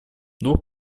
дух